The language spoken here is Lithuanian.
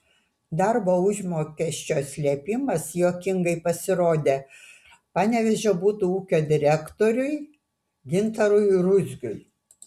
darbo užmokesčio slėpimas juokingai pasirodė panevėžio butų ūkio direktoriui gintarui ruzgiui